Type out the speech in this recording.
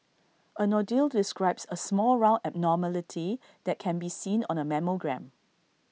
A nodule describes A small round abnormality that can be seen on A mammogram